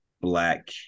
Black